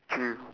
mm